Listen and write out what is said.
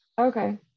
okay